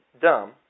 dumb